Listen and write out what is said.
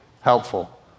helpful